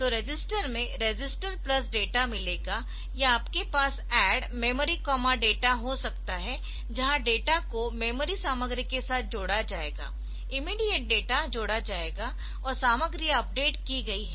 तो रजिस्टर में register plus data मिलेगा या आपके पास ADD memory data हो सकता है जहां डेटा को मेमोरी सामग्री के साथ जोड़ा जाएगा इमीडियेट डेटा जोड़ा जाएगा और सामग्री अपडेट की गई है